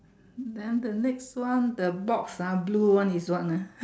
then the next one the box ah blue one is what ah